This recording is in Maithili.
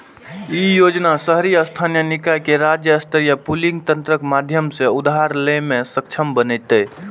ई योजना शहरी स्थानीय निकाय कें राज्य स्तरीय पूलिंग तंत्रक माध्यम सं उधार लै मे सक्षम बनेतै